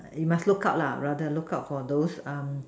you must look out lah rather look out for those um